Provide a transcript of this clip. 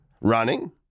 Running